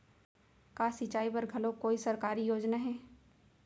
का सिंचाई बर घलो कोई सरकारी योजना हे?